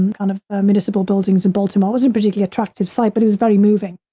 and kind of municipal buildings in baltimore, wasn't particularly attractive site, but it was very moving,